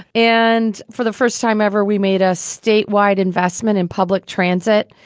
and for the first time ever, we made a statewide investment in public transit.